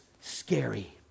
scary